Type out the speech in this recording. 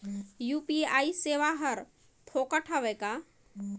UPI सेवाएं हर फोकट हवय का?